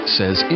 says